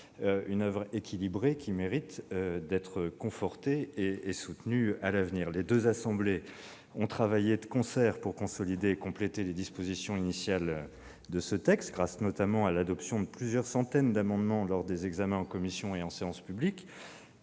rare, équilibrée, qui mérite d'être confortée et soutenue à l'avenir. Les deux assemblées ont travaillé de concert pour consolider et compléter les dispositions initiales de ce texte, notamment grâce à l'adoption de plusieurs centaines d'amendements lors de son examen en commission et en séance publique.